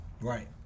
Right